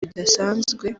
bidasanzwe